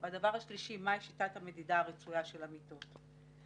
והשלישית היא שיטת המדידה הרצויה של המיטות.